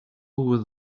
with